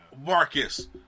Marcus